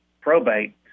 probate